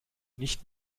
nicht